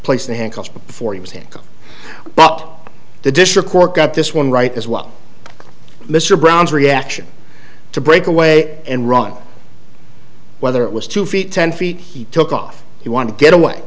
was handcuffed but the district court got this one right as well mr brown's reaction to break away and run whether it was two feet ten feet he took off you want to get away